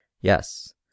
Yes